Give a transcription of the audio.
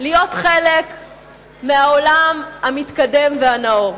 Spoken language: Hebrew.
להיות חלק מהעולם המתקדם והנאור.